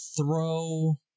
throw